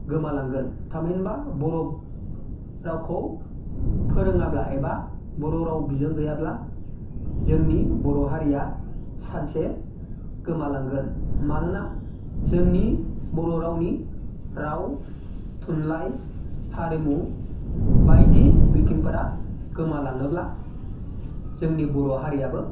गोमालांगोन थामहिनबा बर' रावखौ फोरोङाब्ला एबा बर' राव बिजों गैयाब्ला जोंनि बर' हारिया सानसे गोमालांगोन मानोना जोंनि बर' रावनि राव थुनलाइ हारिमु बायदि बिथिंफोरा गोमालाङोब्ला जोंनि बर' हारियाबो